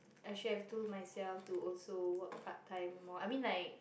I should have told myself to also work part time more I mean like